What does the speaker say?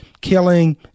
killing